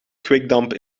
kwikdamp